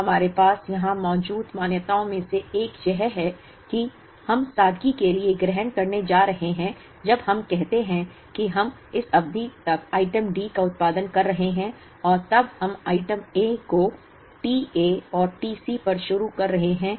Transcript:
अब हमारे पास यहां मौजूद मान्यताओं में से एक यह है कि हम सादगी के लिए ग्रहण करने जा रहे हैं जब हम कहते हैं कि हम इस अवधि तक आइटम D का उत्पादन कर रहे हैं और तब हम आइटम A को T A और T C पर शुरू कर रहे हैं